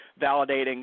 validating